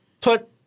Put